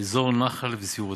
"אזור נחל וסביבותיו"